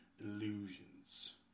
Illusions